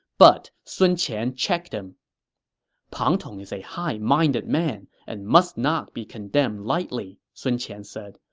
but sun qian checked him pang tong is a high-minded man and must not be condemned lightly, sun qian said.